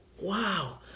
wow